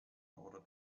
order